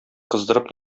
кыздырып